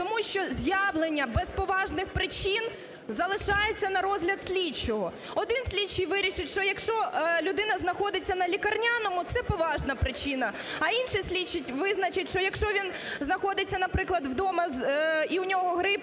Тому що з'явлення без поважних причин залишається на розгляд слідчого. Один слідчий вирішить, що якщо людина знаходиться на лікарняному, це поважна причина, а інший слідчий визначить, що якщо він знаходиться, наприклад, удома і в нього грип